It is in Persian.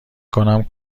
کنم